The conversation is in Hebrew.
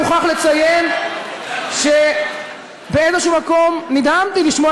מוכרח לציין שבאיזשהו מקום נדהמתי לשמוע